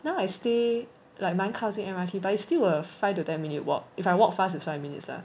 now I stay like 蛮靠近 mrt by it's still a five to ten minute walk if I walk fast is five minutes lah